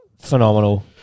Phenomenal